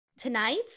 Tonight